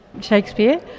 Shakespeare